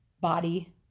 body